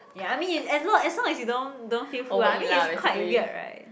ya I mean as long as long as you don't don't feel full ah I mean it's quite weird right